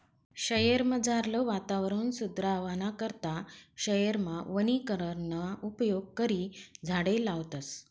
शयेरमझारलं वातावरण सुदरावाना करता शयेरमा वनीकरणना उपेग करी झाडें लावतस